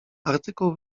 artykuł